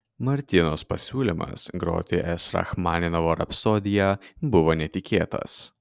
martynos pasiūlymas groti s rachmaninovo rapsodiją buvo netikėtas